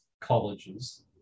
colleges